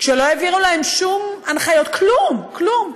לא העבירו להם שום הנחיות, כלום, כלום.